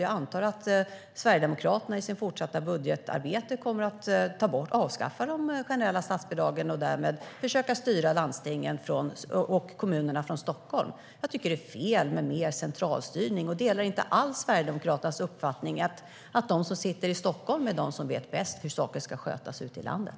Jag antar att Sverigedemokraterna i sitt fortsatta budgetarbete kommer att avskaffa de generella statsbidragen och därmed försöka styra landsting och kommuner från Stockholm. Jag tycker att det är fel med mer centralstyrning och delar inte alls Sverigedemokraternas uppfattning att de som sitter i Stockholm är de som vet bäst hur saker ska skötas ute i landet.